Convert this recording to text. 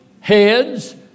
heads